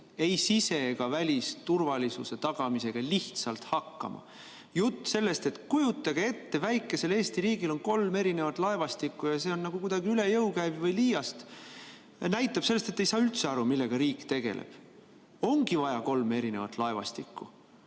ei sise- ega välisturvalisuse tagamisega lihtsalt hakkama. Jutt sellest, et kujutage ette, väikesel Eesti riigil on kolm erinevat laevastikku ja see on kuidagi üle jõu käiv või liiast, näitab seda, et te ei saa üldse aru, millega riik tegeleb. Ongi vaja kolme erinevat laevastikku.